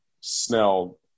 Snell